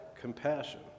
compassion